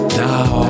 now